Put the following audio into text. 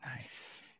Nice